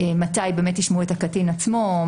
מתי ישמעו את הקטין עצמו,